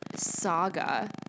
saga